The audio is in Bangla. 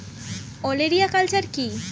ওলেরিয়া কালচার কি?